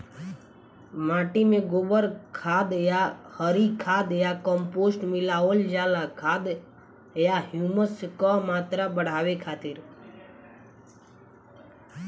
माटी में गोबर खाद या हरी खाद या कम्पोस्ट मिलावल जाला खाद या ह्यूमस क मात्रा बढ़ावे खातिर?